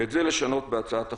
ואת זה לשנות בהצעת החוק.